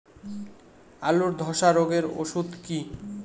আলুর ধসা রোগের ওষুধ কি?